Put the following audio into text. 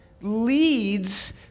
leads